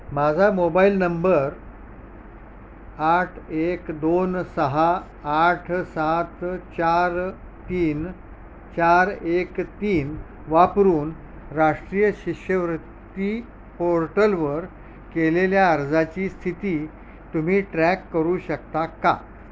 माझा mobile number आठ एक दोन सहा आठ सात चार तीन चार एक तीन वापरून राष्ट्रीय शिष्यवृत्ती पोर्टलवर केलेल्या अर्जाची स्थिती तुम्ही ट्रॅक करू शकता का